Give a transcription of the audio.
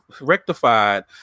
rectified